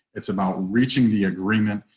it's about reaching the agreement.